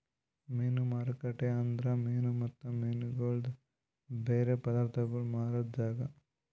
ಮೀನು ಮಾರುಕಟ್ಟೆ ಅಂದುರ್ ಮೀನು ಮತ್ತ ಮೀನಗೊಳ್ದು ಬೇರೆ ಪದಾರ್ಥಗೋಳ್ ಮಾರಾದ್ ಜಾಗ